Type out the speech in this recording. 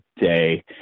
day